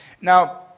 Now